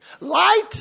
light